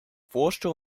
forscher